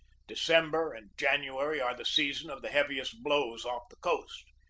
december and january are the season of the heavi est blows off the coast.